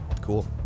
Cool